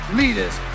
leaders